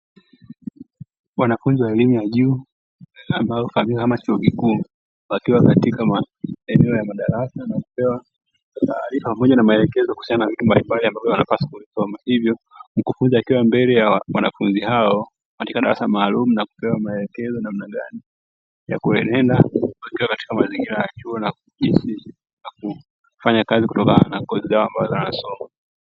Wanafunzi wa elimu ya juu, ambao hufaamika kama chuo kikuu wakiwa katika maeneo ya madrasa na kupewa taarifa pamoja na maelekezo kuhusiana na vitu mbalimbali, ambavyo wanapaswa kulisoma hivyo mkufunzi akiwa mbele ya wanafunzi hao, wanapatikana maalum na kupewa maelekezo namna gani ya kuenenda wakiwa katika mazingira hakuna kufanya kazi kutokana na somo.